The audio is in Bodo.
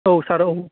औ सार औ